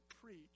preach